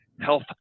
health